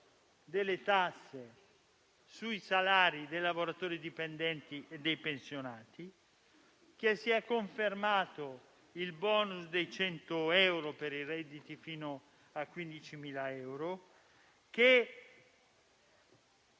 delle tasse sui salari dei lavoratori dipendenti e dei pensionati; si è confermato il *bonus* dei 100 euro per i redditi fino a 15.000 euro;